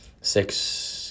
six –